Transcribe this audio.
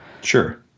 Sure